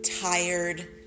tired